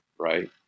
right